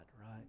right